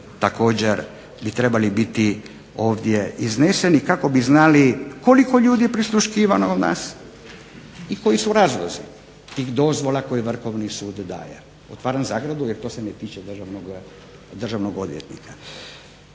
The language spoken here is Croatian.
također bi trebali biti ovdje izneseni kako bi znali koliko ljudi je prisluškivano od nas i koji su razlozi tih dozvola koje Vrhovni sud daje. Otvaram zagradu jer to se ne tiče državnog odvjetnika.